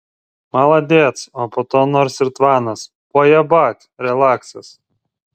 maladėc o po to nors ir tvanas pojabat relaksas